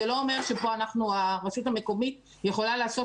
זה לא אומר שפה הרשות המקומית יכולה לעשות